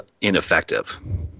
ineffective